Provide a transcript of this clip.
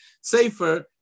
safer